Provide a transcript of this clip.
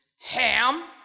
Ham